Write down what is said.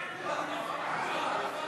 ההצעה